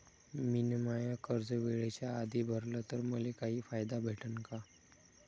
मिन माय कर्ज वेळेच्या आधी भरल तर मले काही फायदा भेटन का?